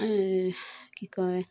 কি কয়